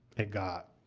it got